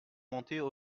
montaient